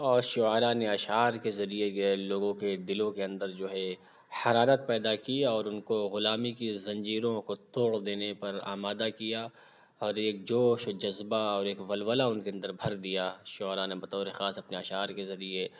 اور شعراء نے اشعار کے ذریعے یہ لوگوں کے دِلوں کے اندر جو ہے حرارت پیدا کی اور اُن کو غلامی کی زنجیروں کو توڑ دینے پر آمادہ کیا اور ایک جوش جذبہ اور ایک ولولہ اُن کے اندر بھر دیا شعراء نے بطورِ خاص اپنے اشعار کے ذریعے